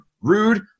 rude